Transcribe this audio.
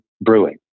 brewing